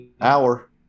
Hour